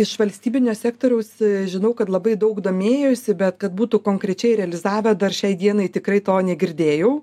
iš valstybinio sektoriaus žinau kad labai daug domėjosi bet kad būtų konkrečiai realizavę dar šiai dienai tikrai to negirdėjau